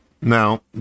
Now